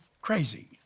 crazy